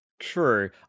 true